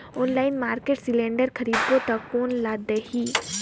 Online market cylinder खरीदबो ता कोन ला देही?